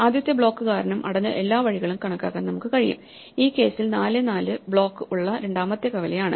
ആദ്യത്തെ ബ്ലോക്ക് കാരണം അടഞ്ഞ എല്ലാ വഴികളും കണക്കാക്കാൻ നമുക്ക് കഴിയും ഈ കേസിൽ 4 4 ബ്ലോക്ക് ഉള്ള രണ്ടാമത്തെ കവലയാണ്